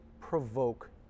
provoke